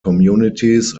communities